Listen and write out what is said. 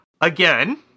again